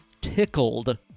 Tickled